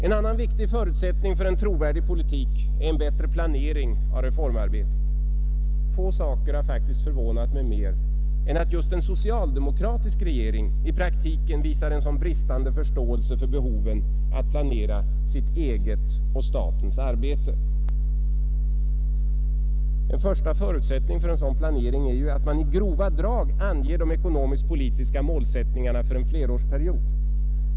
En annan viktig förutsättning för en trovärdig politik är en bättre planering av reformarbetet. Få saker har förvånat mig mer än att just en socialdemokratisk regering i praktiken visar en sådan bristande förståelse för behoven att planera sitt eget och statens arbete. En första förutsättning för en sådan planering är givetvis att man i grova drag anger de ekonomisk-politiska målsättningarna för en flerårsperiod.